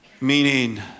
meaning